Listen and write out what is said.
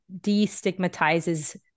destigmatizes